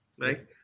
Right